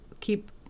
keep